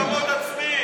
אין לו כבוד עצמי.